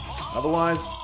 otherwise